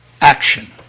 action